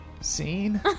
Scene